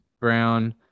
Brown